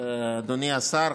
אדוני השר,